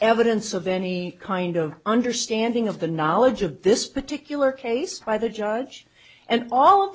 evidence of any kind of understanding of the knowledge of this particular case by the judge and all of the